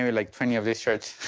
and like twenty of these shirts.